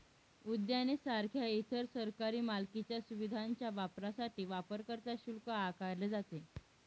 उद्याने सारख्या इतर सरकारी मालकीच्या सुविधांच्या वापरासाठी वापरकर्ता शुल्क आकारले जाते